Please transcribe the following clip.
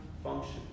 function